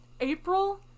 April